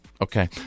Okay